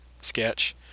sketch